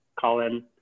Colin